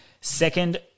second